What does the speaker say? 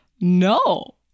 no